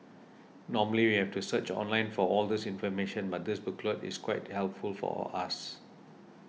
normally we have to search online for all this information but this booklet is quite helpful for us